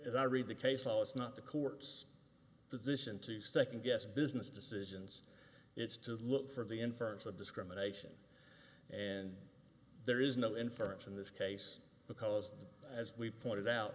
as i read the case law it's not the court's decision to second guess business decisions it's to look for the inference of discrimination and there is no inference in this case because as we pointed out